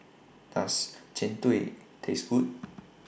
Does Jian Dui Taste Good